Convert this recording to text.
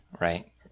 right